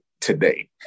today